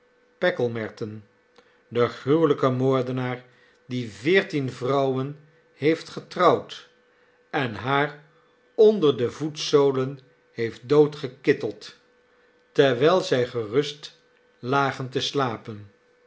packlemerton de gruwelijke moordenaar die veertien vrouwen heeft getrouwd en haar onder de voetzolen heeft doodgekitteld terwijl zij gerust lagen te slapen